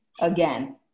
again